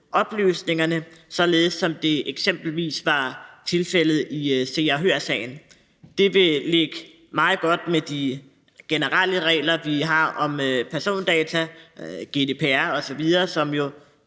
således som det eksempelvis var tilfældet i Se og Hør-sagen. Det vil ligge meget godt i tråd med de generelle regler, vi har om persondata, GDPR osv.,